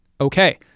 Okay